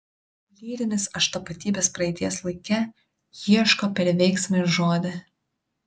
lyrinis aš tapatybės praeities laike ieško per veiksmą ir žodį